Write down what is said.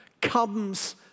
comes